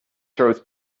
throws